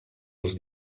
els